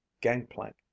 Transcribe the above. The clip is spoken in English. gangplank